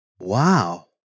Wow